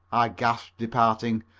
gasped, departing.